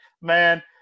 man